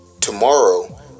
tomorrow